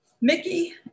Mickey